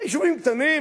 יישובים קטנים,